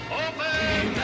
open